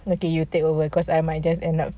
nanti you take over cause I might just end up